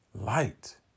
light